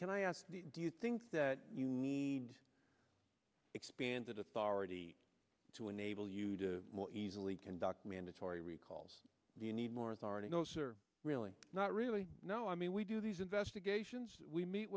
can i ask do you think that you need expanded authority to enable you to more easily conduct mandatory recalls do you need more authority those are really not really no i mean we do these investigations we meet